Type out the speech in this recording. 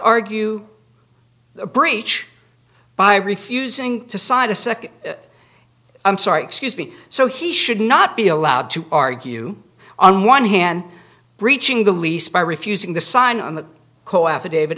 the breach by refusing to sign a second i'm sorry excuse me so he should not be allowed to argue on one hand breaching the lease by refusing to sign on the co affidavit